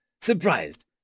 surprised